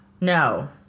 No